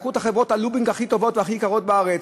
לקחו את חברות הלובינג הכי טובות והכי יקרות בארץ,